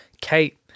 Kate